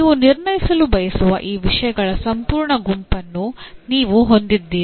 ನೀವು ನಿರ್ಣಯಿಸಲು ಬಯಸುವ ಈ ವಿಷಯಗಳ ಸಂಪೂರ್ಣ ಗುಂಪನ್ನು ನೀವು ಹೊಂದಿದ್ದೀರಿ